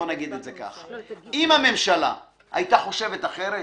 בוא נגיד את זה כך: אם הממשלה הייתה חושבת אחרת,